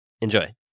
Enjoy